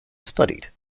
studied